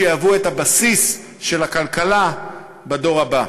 שיהיו הבסיס של הכלכלה בדור הבא.